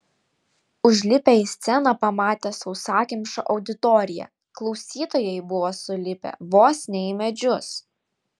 užlipę į sceną pamatė sausakimšą auditoriją klausytojai buvo sulipę vos ne į medžius